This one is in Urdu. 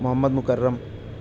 محمد مکرم